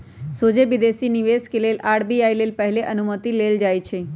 सोझे विदेशी निवेश के लेल आर.बी.आई से पहिले अनुमति लेल जाइ छइ